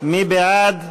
מי בעד?